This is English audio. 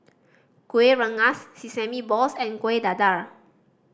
Kuih Rengas sesame balls and Kueh Dadar